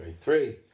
Three